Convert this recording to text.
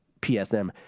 PSM